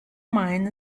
mine